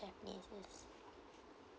~panese is